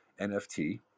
-nft